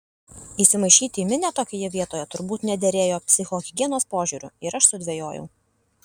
įsimaišyti į minią tokioje vietoje turbūt nederėjo psichohigienos požiūriu ir aš sudvejojau